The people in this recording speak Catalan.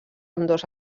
ambdós